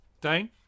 Dane